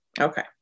Okay